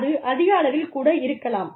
அது அதிக அளவில் கூட இருக்கலாம்